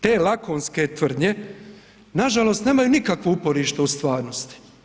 Te lakonske tvrdnje nažalost nemaju nikakvo uporište u stvarnosti.